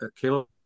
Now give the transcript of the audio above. Caleb